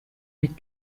mit